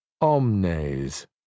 omnes